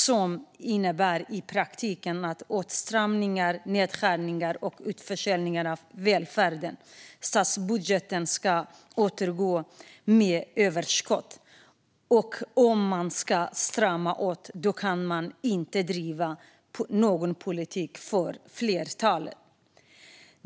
Det innebär i praktiken åtstramningar, nedskärningar och utförsäljningar av välfärden. Statsbudgeten ska åter gå med överskott. Om man ska strama åt kan man inte driva någon politik för flertalet.